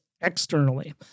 externally